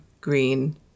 green